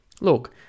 Look